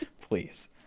please